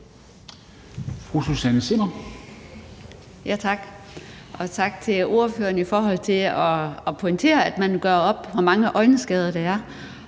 Tak,